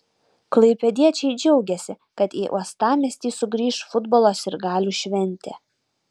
klaipėdiečiai džiaugėsi kad į uostamiestį sugrįš futbolo sirgalių šventė